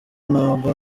ntabwo